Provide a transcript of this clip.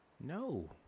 No